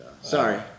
Sorry